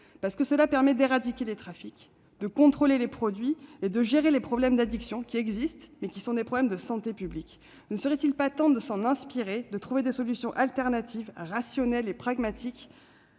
parce que cela permet d'éradiquer les trafics, de contrôler les produits et de gérer les problèmes d'addiction, qui relèvent de la santé publique. Ne serait-il pas temps de s'en inspirer, de trouver des solutions alternatives, rationnelles et pragmatiques,